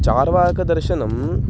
चार्वाकदर्शनं